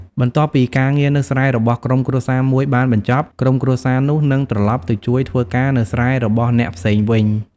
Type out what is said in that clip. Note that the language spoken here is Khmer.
បន្ទាប់ពីការងារនៅស្រែរបស់ក្រុមគ្រួសារមួយបានបញ្ចប់ ក្រុមគ្រួសារនោះនឹងត្រឡប់ទៅជួយធ្វើការនៅស្រែរបស់អ្នកផ្សេងវិញ។